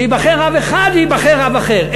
שייבחר רב אחד וייבחר רב אחר,